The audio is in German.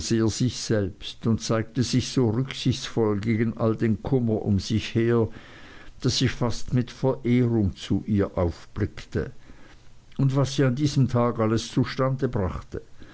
sich selbst und zeigte sich so rücksichtsvoll gegen all den kummer um sich her daß ich fast mit verehrung zu ihr aufblickte und was sie an diesem tag alles zustande brachte